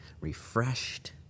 refreshed